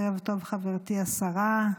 ערב טוב, חברתי השרה.